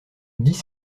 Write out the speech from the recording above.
dix